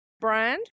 brand